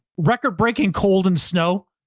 record breaking cold and snow,